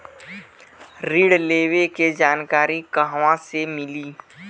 ऋण लेवे के जानकारी कहवा से मिली?